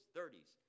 30s